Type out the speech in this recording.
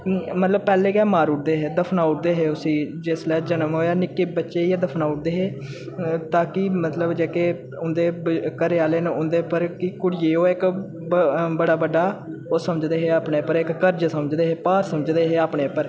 मतलब पैह्ले गै मारू दे हे दफनाऊ दे हे उसी जिसलै जनम होया निक्के बच्चे ई गै दफनाऊ दे हे ताकि मतलब जेह्के उं'दे घरै आह्ले न उं'दे उप्पर कुड़ियै ई ओह् इक बड़ा बड्डा ओह् समझदे हे अपने उप्पर इक कर्ज़ समझदे हे भार समझदे दे अपने उप्पर